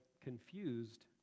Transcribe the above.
confused